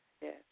Yes